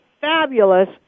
fabulous